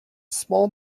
small